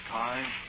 time